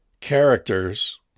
characters